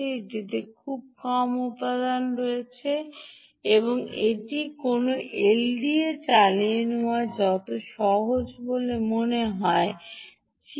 এটিতে খুব কম উপাদান রয়েছে এবং এটি কোনও এলডিও চালিয়ে নেওয়া কত সহজ বলে মনে হচ্ছে